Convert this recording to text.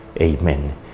amen